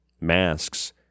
masks